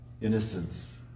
Innocence